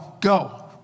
go